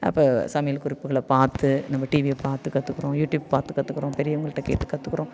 அப்போ சமையல் குறிப்புகளை பார்த்து நம்ம டிவியை பார்த்து கற்றுக்குறோம் யூடியூப் பார்த்து கற்றுக்குறோம் பெரியவங்கள்ட கேட்டு கற்றுக்குறோம்